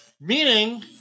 Meaning